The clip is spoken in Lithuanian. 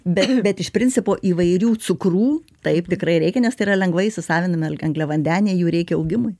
bet bet iš principo įvairių cukrų taip tikrai reikia nes tai yra lengvai įsisavinami angliavandeniai jų reikia augimui